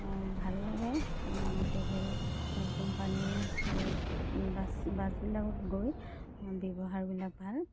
ভাল লাগে ট্ৰেভেল কোম্পানীৰ বাছ বাছবিলাকত গৈ ব্যৱহাৰবিলাক ভাল